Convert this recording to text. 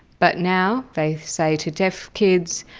but now they say to deaf kids,